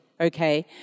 okay